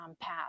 path